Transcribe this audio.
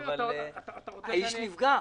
אבל האיש נפגע.